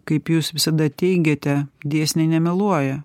kaip jūs visada teigiate dėsniai nemeluoja